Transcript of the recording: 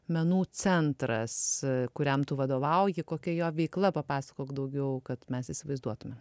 menų centras kuriam tu vadovauji kokia jo veikla papasakok daugiau kad mes įsivaizduotumėm